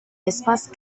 espace